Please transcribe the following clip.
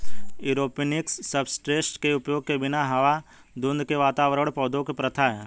aeroponics substrate के उपयोग के बिना हवा धुंध के वातावरण पौधों की प्रथा है